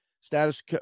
status